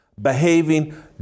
Behaving